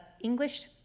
English